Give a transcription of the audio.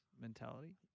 mentality